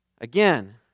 Again